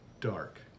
dark